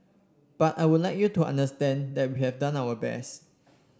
but I would like you to understand that we have done our best